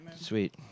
sweet